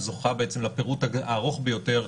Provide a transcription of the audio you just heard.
זוכה בעצם לפירוט הארוך ביותר,